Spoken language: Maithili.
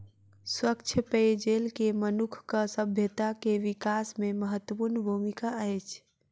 स्वच्छ पेयजल के मनुखक सभ्यता के विकास में महत्वपूर्ण भूमिका अछि